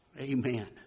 Amen